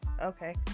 Okay